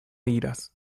iras